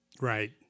right